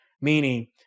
meaning